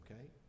okay